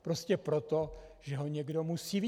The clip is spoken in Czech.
Prostě proto, že ho někdo musí vidět.